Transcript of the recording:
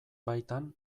baitan